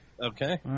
Okay